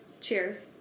Cheers